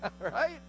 right